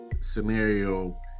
scenario